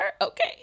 okay